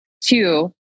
Two